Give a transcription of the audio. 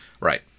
right